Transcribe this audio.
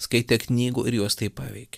skaitė knygų ir juos tai paveikė